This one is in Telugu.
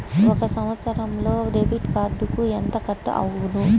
ఒక సంవత్సరంలో డెబిట్ కార్డుకు ఎంత కట్ అగును?